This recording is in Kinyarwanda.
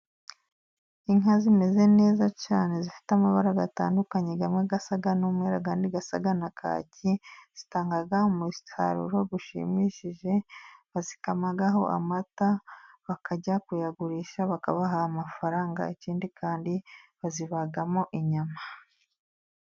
Inka zimeze neza cyane zifite amabara atandukanye. Amwe asa n'umweru andi asa na kaki. Zitanga umusaruro ushimishije, bazikamamo amata bakajya kuyagurisha bakabaha amafaranga. Ikindi kandi bazibagamo inyama.